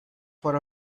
for